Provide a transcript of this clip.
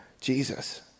Jesus